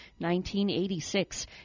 1986